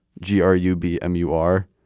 G-R-U-B-M-U-R